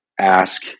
Ask